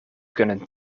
kunnen